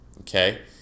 okay